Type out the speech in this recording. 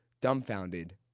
dumbfounded